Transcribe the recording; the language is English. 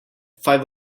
five